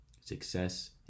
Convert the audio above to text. success